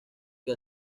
que